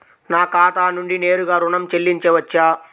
నా ఖాతా నుండి నేరుగా ఋణం చెల్లించవచ్చా?